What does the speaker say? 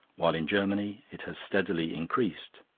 while in germany it has steadily increased.